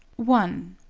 one.